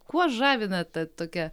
kuo žavi na ta tokia